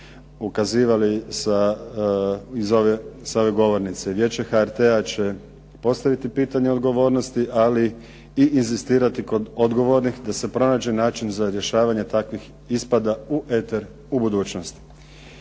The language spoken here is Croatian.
ukazivali sa ove govornice. Vijeće HRT-a će postaviti pitanje odgovornosti ali i inzistirati kod odgovornih da se pronađe način za rješavanje takvih ispada u eter u budućnosti.